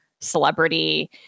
celebrity